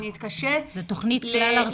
זו תוכנית כלל ארצית,